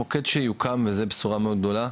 המוקד שיוקם וזה בשורה מאוד גדולה,